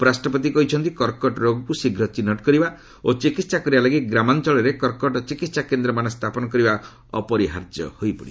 ଉପ ରାଷ୍ଟ୍ରପତି କହିଛନ୍ତି କକର୍ଟ ରୋଗକୁ ଶୀଘ୍ର ଚିହ୍ନଟ କରିବା ଓ ଚିକିତ୍ସା କରିବା ଲାଗି ଗ୍ରାମାଞ୍ଚଳରେ କର୍କଟ ଚିକିତ୍ସା କେନ୍ଦ୍ରମାନ ସ୍ଥାପନ କରିବା ଅପରିହାର୍ଯ୍ୟ ହୋଇପଡ଼ିଛି